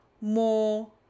more